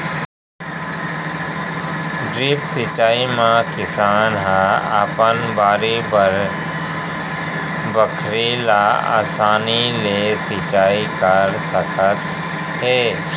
drip सिंचई म किसान ह अपन बाड़ी बखरी ल असानी ले सिंचई कर सकत हे